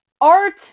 Art